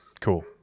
cool